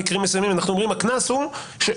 שבמקרים מסוימים אנחנו אומרים לגבי הקנס: יש